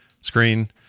screen